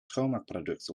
schoonmaakproduct